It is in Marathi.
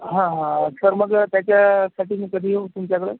हं हं तर मग त्याच्यासाठी मी कधी येऊ तुमच्याकडं